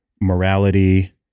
morality